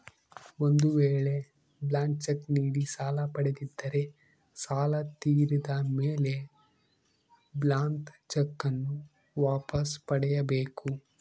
ಒಂದು ವೇಳೆ blank cheque ನೀಡಿ ಸಾಲ ಪಡೆದಿದ್ದರೆ ಸಾಲ ತೀರಿದ ಮೇಲೆ ಬ್ಲಾಂತ್ ಚೆಕ್ ನ್ನು ವಾಪಸ್ ಪಡೆಯ ಬೇಕು